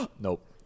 Nope